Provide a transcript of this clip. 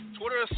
Twitter